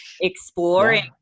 exploring